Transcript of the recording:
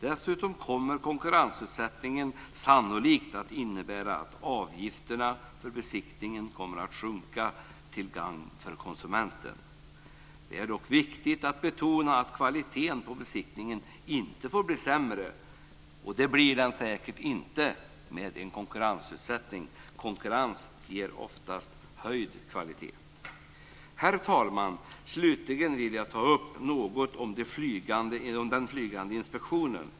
Dessutom kommer konkurrensutsättningen sannolikt att innebära att avgifterna för besiktningen kommer att sjunka till gagn för konsumenten. Det är dock viktigt att betona att kvaliteten på besiktningen inte får bli sämre. Det blir den säkert inte med en konkurrensutsättning. Konkurrens ger oftast höjd kvalitet. Herr talman! Slutligen vill jag ta upp något om den flygande inspektionen.